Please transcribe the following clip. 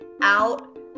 out